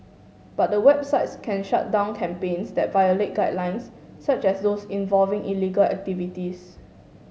but the websites can shut down campaigns that violate guidelines such as those involving illegal activities